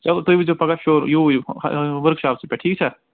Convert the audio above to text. چَلو تۄہہِ واتۍزیٚو پگاہ شوٗ یوٗرۍ ؤرٕک شاپسٕے پٮ۪ٹھ ٹھیٖک چھا